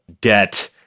debt